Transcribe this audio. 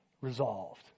resolved